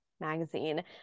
magazine